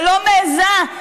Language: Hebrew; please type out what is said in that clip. ולא מעיזה,